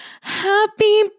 Happy